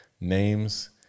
Names